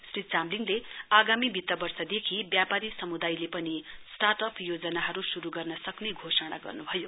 श्री चामलिङले आगामी वित वर्षदेखि व्यापारी समुदायले पनि स्टार्ट अप योजनाहरू श्रू गर्न सक्ने घोषणा गर्नुभयो